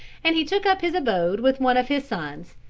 and he took up his abode with one of his sons,